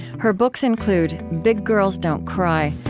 her books include big girls don't cry,